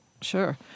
Sure